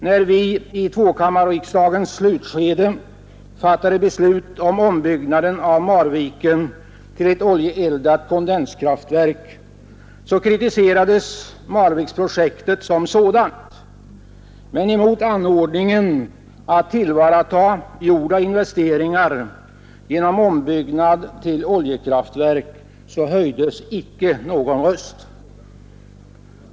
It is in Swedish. När vi i tvåkammarriksdagens slutskede fattade beslut om ombyggnaden av Marviken till ett oljeeldat kondenskraftverk kritiserades Marvikenprojektet som sådant, men mot anordningen att tillvarataga gjorda investeringar genom ombyggnad till oljekraftverk höjdes inte någon röst.